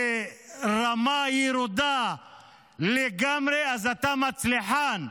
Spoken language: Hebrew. לרמה ירודה לגמרי, אז אתה מצליחן.